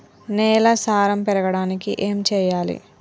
నేల సారం పెరగడానికి ఏం చేయాలి?